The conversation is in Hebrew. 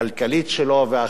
והחברתית שלו,